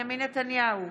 בנימין נתניהו,